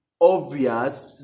obvious